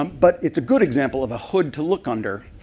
um but it's a good example of a hood to look under.